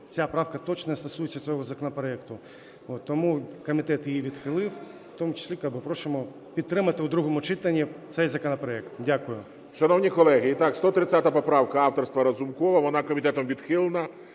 ця правка точно не стосується цього законопроекту. Тому комітет її відхилив. В тому числі просимо підтримати у другому читанні цей законопроект. Дякую. ГОЛОВУЮЧИЙ. Шановні колеги, і так 130 поправка авторства Разумкова, вона комітетом відхилена,